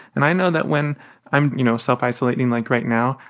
and i know that when i'm, you know, self-isolating like right now,